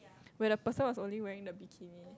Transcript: where the person was only wearing the bikini